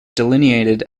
delineated